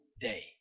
day